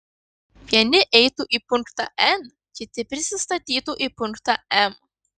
vieni eitų į punktą n kiti prisistatytų į punktą m